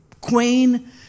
queen